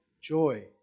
joy